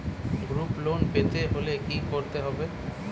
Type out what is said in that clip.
Group loan পেতে হলে কি করতে হবে?